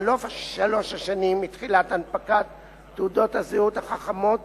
בחלוף שלוש השנים מתחילת הנפקת תעודות הזהות החכמות